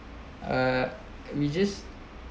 uh we just